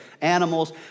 animals